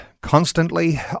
constantly